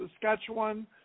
Saskatchewan